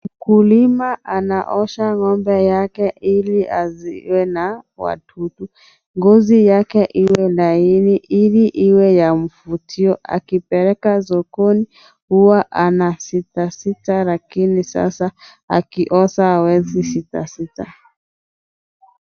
Mkulima anaosha ng'ombe yake Ili asiweze na wadudu. Ngozi yake iwe laini Ili iwe ya mvutio akipeleka sokoni huwa anasitasita lakini sasa akiosha hawezi sitasita.